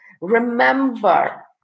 remember